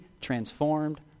transformed